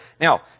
Now